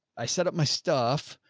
i set up my stuff.